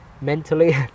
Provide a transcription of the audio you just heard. Mentally